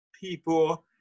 people